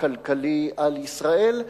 הכלכלי על ישראל,